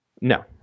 No